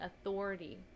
authority